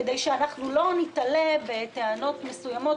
כדי שאנחנו לא נתלה בטענות מסוימות,